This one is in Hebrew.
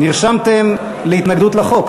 נרשמתם להתנגדות לחוק.